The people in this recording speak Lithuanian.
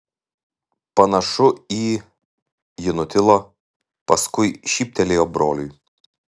panašu į ji nutilo paskui šyptelėjo broliui